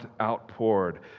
outpoured